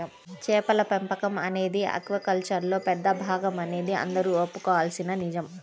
చేపల పెంపకం అనేది ఆక్వాకల్చర్లో పెద్ద భాగమనేది అందరూ ఒప్పుకోవలసిన నిజం